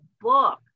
book